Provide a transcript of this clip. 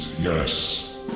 Yes